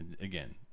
Again